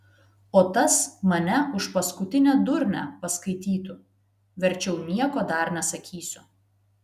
o tas mane už paskutinę durnę paskaitytų verčiau nieko dar nesakysiu